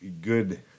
good